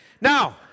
Now